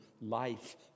life